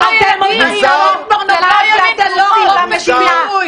אתם מאפשרים לילדים לצרוך פורנוגרפיה.